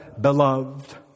beloved